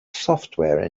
software